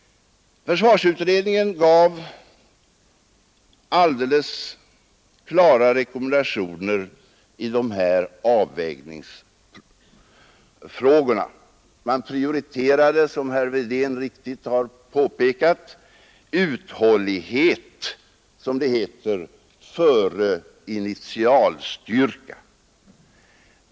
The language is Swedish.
Försvarsutredningen gav alldeles klara rekommendationer i dessa avvägningsfrågor. Man prioriterade, som herr Wedén riktigt har påpekat, ”uthållighet” före ”initialstyrka”.